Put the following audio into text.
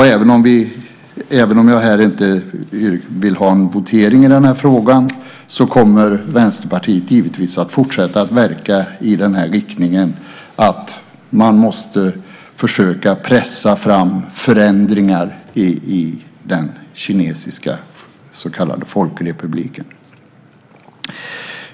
Även om jag inte vill ha en votering i den här frågan kommer Vänsterpartiet givetvis att fortsätta att verka i den riktningen att man måste försöka pressa fram förändringar i den kinesiska så kallade folkrepubliken.